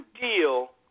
deal